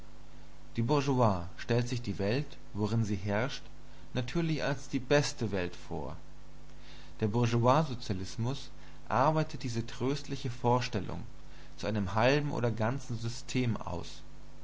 die bourgeoisie stellt sich die welt worin sie herrscht natürlich als die beste welt vor der bourgeoissozialismus arbeitet diese tröstliche vorstellung zu einem halben oder ganzen system aus